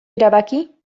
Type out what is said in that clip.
erabaki